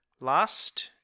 last